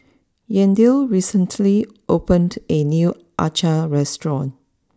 Yandel recently opened a new Acar restaurant